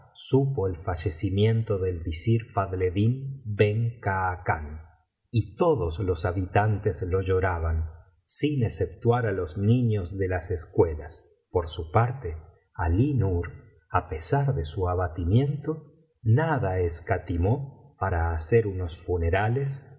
supo el fallecimiento del visir fadleddín ben khacan y todos los habitantes lo lloraban sin exceptuar á los niños de las escuelas por su parte alí nur á pesar de su abatimiento nada escatimó para hacer unos funerales